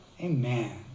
Amen